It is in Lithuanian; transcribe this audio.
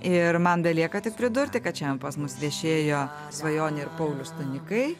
ir man belieka tik pridurti kad šiandien pas mus viešėjo svajonė ir paulius stanikai